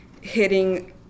hitting